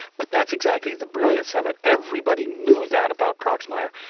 but that's exactly the brilliance of it. everybody knew that about proxmire.